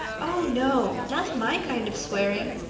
oh no, not my kind of swearing.